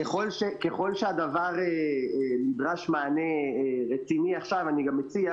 ככל שלדבר נדרש מענה רציני עכשיו אני גם מציע,